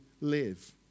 live